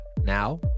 Now